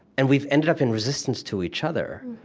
and we've ended up in resistance to each other